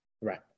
right